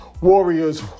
Warriors